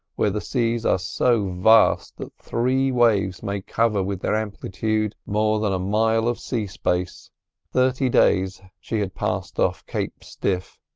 where the seas are so vast that three waves may cover with their amplitude more than a mile of sea space thirty days she had passed off cape stiff,